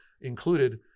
included